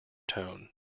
tone